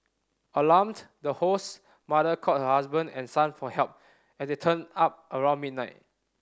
alarmed the host's mother called her husband and son for help and they turned up around midnight